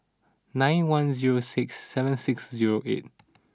nine one zero six seven six zero eight